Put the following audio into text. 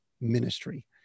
ministry